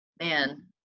man